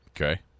Okay